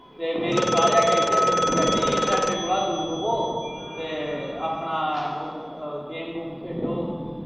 ते मेरी सारें अग्गें इ'यै बिन्नती ऐ कि नशे कोला दूर र'वो ते अपना ओह् गेम गूम खेढो